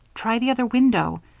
try the other window,